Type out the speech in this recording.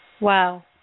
Wow